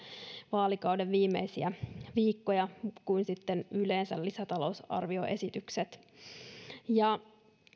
vaalikauden viimeisiä viikkoja kuin yleensä lisätalousarvioesitykset